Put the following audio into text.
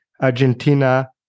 Argentina